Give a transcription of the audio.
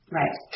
right